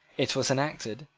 it was enacted,